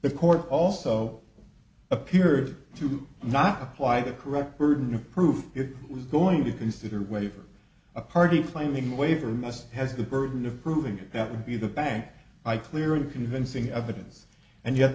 the court also appeared to not apply the correct burden of proof it was going to consider waiver a party finding a waiver must has the burden of proving that would be the bank i clearly convincing evidence and yet